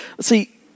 See